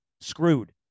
screwed